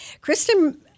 Kristen